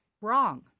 wrong